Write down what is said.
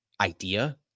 idea